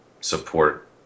support